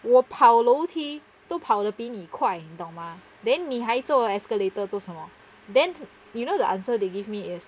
我跑楼梯都跑得比你快你懂吗 then 你还做 escalator 做什么 then you know the answer they give me is